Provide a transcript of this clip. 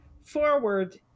forward